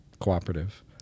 Cooperative